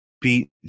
beat